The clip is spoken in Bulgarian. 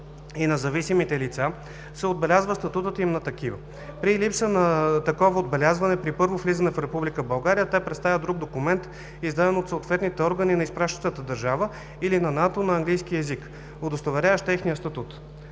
и на зависимите лица се отбелязва статутът им на такива. При липса на такова отбелязване при първо влизане в Република България те представят друг документ, издаден от съответните органи на изпращащата държава или на НАТО, на английски език, удостоверяващ техния статут.